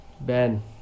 Ben